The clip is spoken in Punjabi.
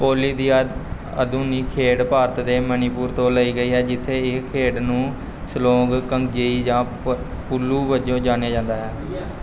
ਪੋਲੋ ਦੀ ਅਦ ਆਧੁਨਿਕ ਖੇਡ ਭਾਰਤ ਦੇ ਮਨੀਪੁਰ ਤੋਂ ਲਈ ਗਈ ਹੈ ਜਿੱਥੇ ਇਹ ਖੇਡ ਨੂੰ ਸਿਲੌਂਗ ਕੰਗਜੇਈ ਜਾਂ ਪੁਲੂ ਵਜੋਂ ਜਾਣਿਆ ਜਾਂਦਾ ਹੈ